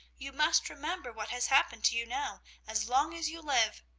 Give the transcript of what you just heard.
you must remember what has happened to you now, as long as you live!